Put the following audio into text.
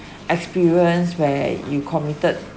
experience where you committed